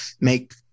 make